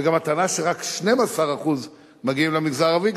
וגם הטענה שרק 12% מגיעים למגזר הערבי,